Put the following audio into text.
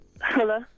Hello